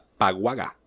Paguaga